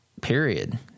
period